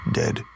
dead